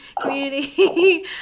community